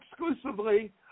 exclusively